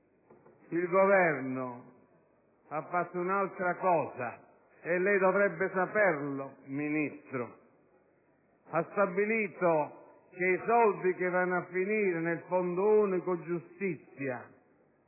il Governo ha fatto un'altra cosa e lei dovrebbe saperlo, Ministro: ha stabilito che i soldi che vanno a finire nel Fondo unico giustizia